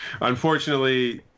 Unfortunately